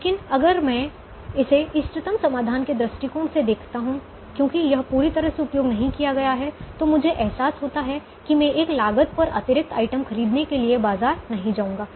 लेकिन अगर मैं इसे इष्टतम समाधान के दृष्टिकोण से देखता हूं क्योंकि यह पूरी तरह से उपयोग नहीं किया गया है तो मुझे एहसास होता है कि मैं एक लागत पर अतिरिक्त आइटम खरीदने के लिए बाजार नहीं जाऊंगा